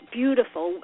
beautiful